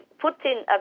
Putin